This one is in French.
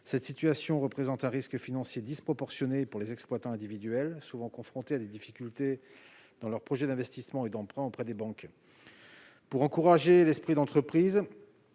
Cette situation représente un risque financier disproportionné pour les exploitants individuels, souvent confrontés à des difficultés dans leurs projets d'investissement et d'emprunt auprès des banques. Pour encourager l'esprit d'entreprise,